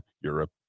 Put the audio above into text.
Europe